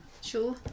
Sure